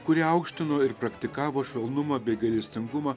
kurie aukštino ir praktikavo švelnumą bei gailestingumą